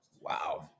Wow